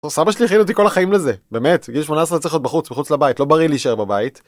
סבא שלי הכין אותי כל החיים לזה. באמת, גיל 18 צריך להיות בחוץ, מחוץ לבית, לא בריא להישאר בבית.